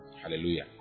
Hallelujah